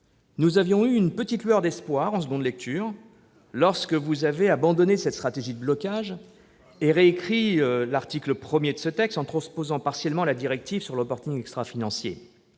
Nous avions eu une petite lueur d'espoir en deuxième lecture, lorsque vous avez abandonné cette stratégie de blocage et réécrit l'article 1 de ce texte en transposant partiellement la directive sur le reporting extrafinancier.